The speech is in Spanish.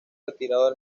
retirado